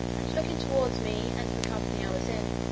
and looking towards me and the company i was in,